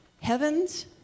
heavens